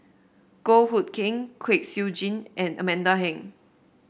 Goh Hood Keng Kwek Siew Jin and Amanda Heng